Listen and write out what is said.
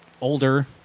older